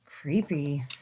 Creepy